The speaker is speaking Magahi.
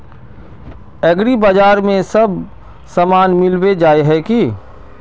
एग्रीबाजार में सब सामान मिलबे जाय है की?